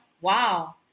wow